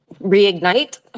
reignite